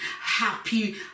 Happy